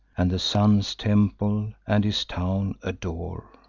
and the sun's temple and his town adore.